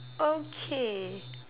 okay